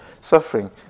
suffering